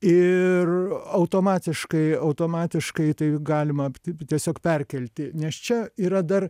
ir automatiškai automatiškai tai galima tiesiog perkelti nes čia yra dar